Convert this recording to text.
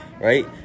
Right